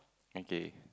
okay